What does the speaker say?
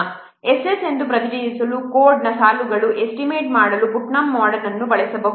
Ss ಎಂದು ಪ್ರತಿನಿಧಿಸುವ ಕೋಡ್ನ ಸಾಲುಗಳನ್ನು ಎಸ್ಟಿಮೇಟ್ ಮಾಡಲು ಪುಟ್ನಮ್ ಮೋಡೆಲ್ ಅನ್ನು ಬಳಸಬಹುದು